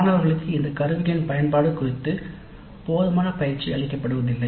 மாணவர்களுக்கு இந்த கருவிகளின் பயன்பாடு குறித்து போதுமான பயிற்சி அளிக்கப்படுவதில்லை